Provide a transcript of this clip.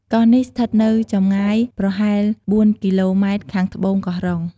កោះនេះស្ថិតនៅចំងាយប្រហែល ៤ គីឡូម៉ែត្រខាងត្បូងកោះរ៉ុង។